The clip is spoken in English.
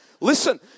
Listen